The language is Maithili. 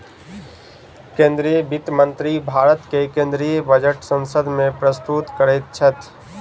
केंद्रीय वित्त मंत्री भारत के केंद्रीय बजट संसद में प्रस्तुत करैत छथि